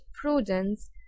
prudence